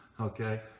okay